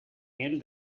miel